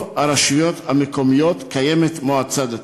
הרשויות המקומיות קיימת מועצה דתית.